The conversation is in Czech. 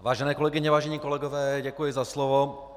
Vážené kolegyně, vážení kolegové, děkuji za slovo.